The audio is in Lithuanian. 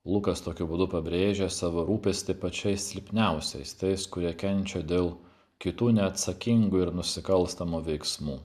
lukas tokiu būdu pabrėžia savo rūpestį pačiais silpniausiais tais kurie kenčia dėl kitų neatsakingų ir nusikalstamų veiksmų